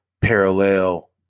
parallel